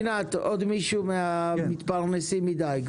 עוד מישהו מן המתפרנסים מדיג?